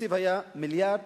התקציב היה 1 מיליארד